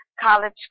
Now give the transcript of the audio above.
college